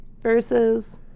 verses